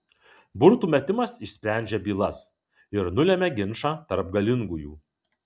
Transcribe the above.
burtų metimas išsprendžia bylas ir nulemia ginčą tarp galingųjų